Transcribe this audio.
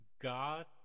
God